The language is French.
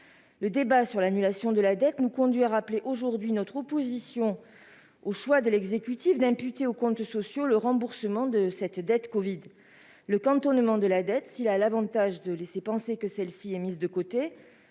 Le débat sur l'annulation de la dette nous conduit à rappeler aujourd'hui notre opposition au choix de l'exécutif d'imputer aux comptes sociaux le remboursement de cette dette covid. Le cantonnement de la dette, s'il a l'avantage de laisser penser que celle-ci est mise de côté,